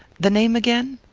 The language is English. the name again?